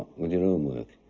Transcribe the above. with your homework?